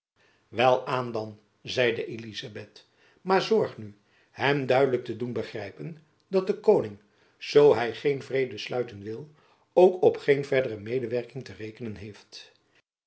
welaan dan zeide elizabeth maar zorg nu hem duidelijk te doen begrijpen dat de koning zoo hy geen vrede sluiten wil ook op geen verdere medewerking te rekenen heeft